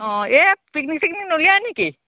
অঁ এই পিকনিক চিকনিক নুলিয়ায় নেকি